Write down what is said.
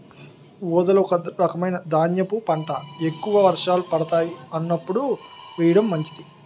ఊదలు ఒక రకమైన ధాన్యపు పంట, ఎక్కువ వర్షాలు పడతాయి అన్నప్పుడు వేయడం మంచిది